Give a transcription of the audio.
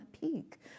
PEAK